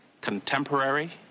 contemporary